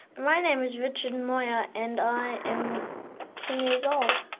my name is richard moir and i am ten years old.